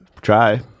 try